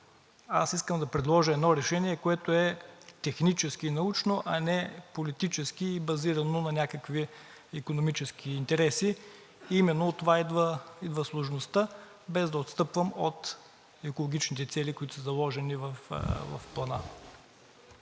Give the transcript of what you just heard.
аз искам да предложа едно решение, което е технически научно, а не политически базирано на някакви икономически интереси, именно от това идва сложността, без да отстъпвам от екологичните цели, които са заложени в плана.